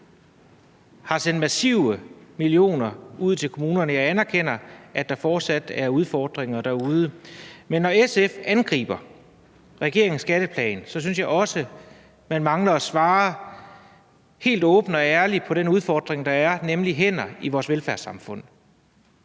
har sendt en masse millioner ud til kommunerne, og jeg anerkender, at der fortsat er udfordringer derude. Men når SF angriber regeringens skatteplan, synes jeg også, man mangler at svare helt åbent og ærligt på den udfordring, der er, nemlig manglen på hænder i vores velfærdssamfund.